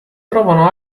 trovano